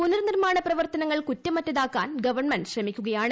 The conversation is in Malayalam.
പുനർ നിർമ്മാണ പ്രവർത്തനങ്ങൾ കുറ്റമറ്റതാക്കാൻ ഗവൺമെന്റ് ശ്രമിക്കുകയാണ്